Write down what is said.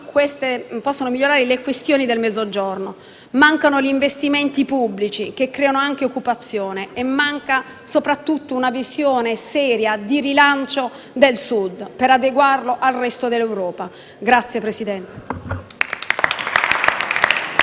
le questioni del Mezzogiorno, ma mancano gli investimenti pubblici che creano occupazione e manca, soprattutto, una visione seria di rilancio del Sud per adeguarlo al resto dell'Europa. *(Applausi